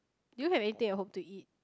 do you have anything at home to eat